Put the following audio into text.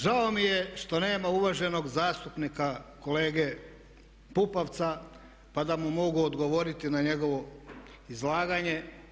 Žao mi je što nema uvaženog zastupnika kolege Pupovca pa da mu mogu odgovoriti na njegovo izlaganje.